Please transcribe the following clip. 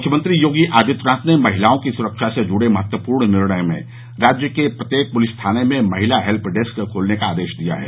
मुख्यमंत्री योगी आदित्यनाथ ने महिलाओं की सुरक्षा से जुड़े महत्वपूर्ण निर्णय में राज्य के प्रत्येक पुलिस थाने में महिला हेल्प डेस्क खोलने का आदेश दिया है